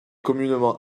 communément